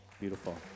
Beautiful